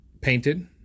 painted